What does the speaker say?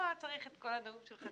לא היה צריך את כל הנאום של סמוטריץ